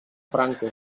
franco